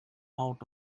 out